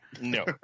No